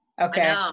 Okay